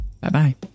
Bye-bye